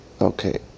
Okay